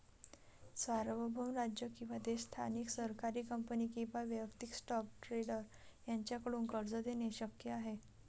सार्वभौम राज्य किंवा देश स्थानिक सरकारी कंपनी किंवा वैयक्तिक स्टॉक ट्रेडर यांच्याकडून कर्ज देणे शक्य आहे